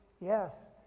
Yes